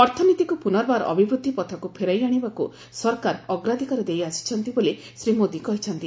ଅର୍ଥନୀତିକୁ ପୁନର୍ବାର ଅଭିବୃଦ୍ଧି ପଥକୁ ଫେରାଇ ଆଣିବାକୁ ସରକାର ଅଗ୍ରାଧିକାର ଦେଇ ଆସିଛନ୍ତି ବୋଲି ଶ୍ରୀ ମୋଦୀ କହିଛନ୍ତି